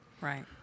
Right